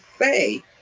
say